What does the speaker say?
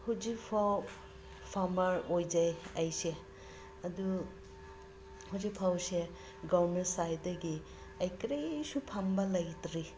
ꯍꯧꯖꯤꯛ ꯐꯥꯎ ꯐꯥꯔꯃꯔ ꯑꯣꯏꯖꯩ ꯑꯩꯁꯦ ꯑꯗꯨ ꯍꯧꯖꯤꯛ ꯐꯥꯎꯁꯦ ꯒꯣꯔꯃꯦꯟ ꯁꯥꯏꯠꯇꯒꯤ ꯑꯩ ꯀꯔꯤꯁꯨ ꯐꯪꯕ ꯂꯩꯇ꯭ꯔꯤ